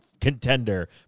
contender